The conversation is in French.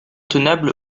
tenable